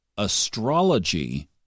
astrology